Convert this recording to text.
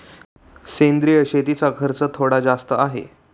सेंद्रिय शेतीचा खर्च थोडा जास्त आहे